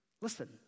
Listen